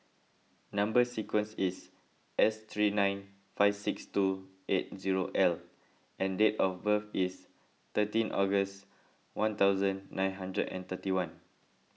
Number Sequence is S three nine five six two eight zero L and date of birth is thirteen August one thousand nine hundred and thirty one